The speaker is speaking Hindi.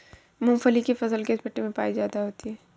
मूंगफली की फसल किस मिट्टी में ज्यादा होगी?